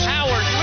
Howard